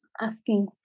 asking